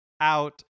out